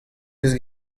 deus